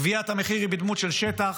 גביית המחיר היא בדמות של שטח,